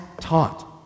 taught